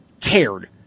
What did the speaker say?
cared